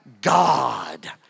God